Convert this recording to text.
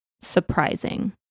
surprising